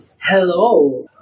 hello